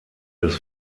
des